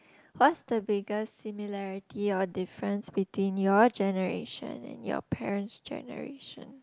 what's the biggest similarity or difference between your generation and your parent's generation